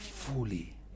fully